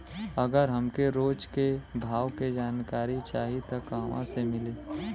अगर हमके रोज के भाव के जानकारी चाही त कहवा से मिली?